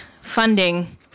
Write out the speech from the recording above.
funding—